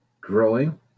growing